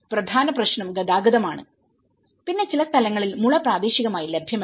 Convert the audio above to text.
പ്രധാന പ്രശ്നം ഗതാഗതമാണ്പിന്നെ ചില സ്ഥലങ്ങളിൽ മുള പ്രാദേശികമായി ലഭ്യമല്ല